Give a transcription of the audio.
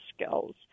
skills